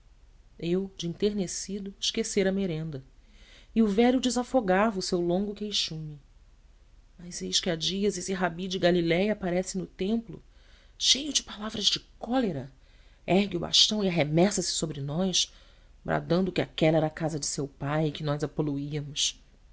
eu de enternecido esquecera a merenda e o velho desafogava o seu longo queixume mas eis que há dias esse rabi de galiléia aparece no templo cheio de palavras de cólera ergue o bastão e arremessa se sobre nós bradando que aquela era a casa de seu pai e que nós a poluíamos